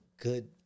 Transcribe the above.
good